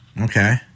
Okay